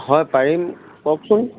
হয় পাৰিম কওকচোন